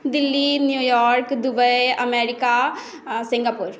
Delhi New York Dubai America Singapore